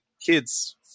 kids